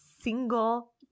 single